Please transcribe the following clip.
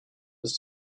bis